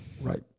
Right